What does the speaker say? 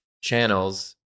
channels